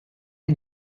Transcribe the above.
est